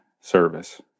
service